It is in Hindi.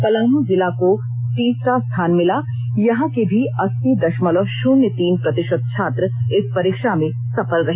पलाम जिला को तीसरा स्थान मिला यहां के भी अस्सी दषमलव शुन्य तीन प्रतिषत छात्र इस परीक्षा में सफल रहे